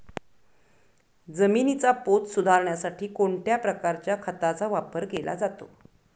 जमिनीचा पोत सुधारण्यासाठी कोणत्या प्रकारच्या खताचा वापर केला जातो?